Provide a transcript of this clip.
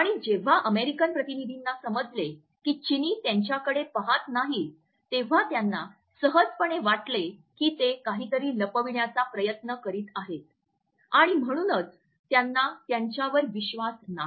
आणि जेव्हा अमेरिकन प्रतिनिधींना समजले की चीनी त्यांच्याकडे पहात नाहीत तेव्हा त्यांना सहजपणे वाटले की ते काहीतरी लपविण्याचा प्रयत्न करीत आहेत आणि म्हणूनच त्यांना त्यांच्यावर विश्वास नाही